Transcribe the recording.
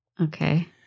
Okay